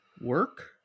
Work